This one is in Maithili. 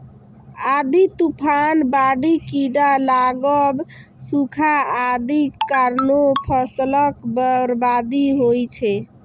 आंधी, तूफान, बाढ़ि, कीड़ा लागब, सूखा आदिक कारणें फसलक बर्बादी होइ छै